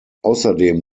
außerdem